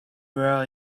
wear